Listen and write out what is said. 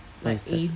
what is that